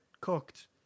cooked